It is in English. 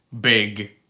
big